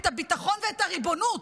את הביטחון ואת הריבונות.